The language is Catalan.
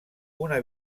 una